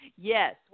Yes